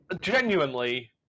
Genuinely